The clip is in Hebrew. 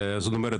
זאת אומרת,